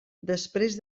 després